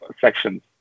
sections